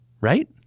Right